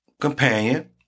Companion